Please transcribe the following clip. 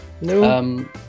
No